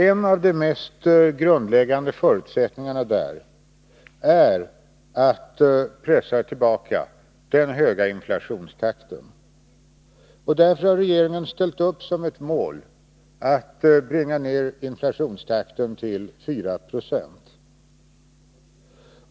En av de mest grundläggande förutsättningarna för detta är att vi kan pressa tillbaka den höga inflationstakten. Regeringen har därför ställt upp som ett mål att bringa ned inflationstakten till 4 96.